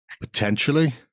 potentially